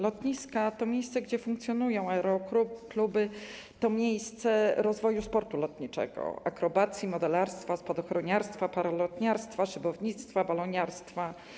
Lotniska to miejsca, gdzie funkcjonują aerokluby, to miejsca rozwoju sportu lotniczego, akrobacji, modelarstwa, spadochroniarstwa, paralotniarstwa, szybownictwa, baloniarstwa.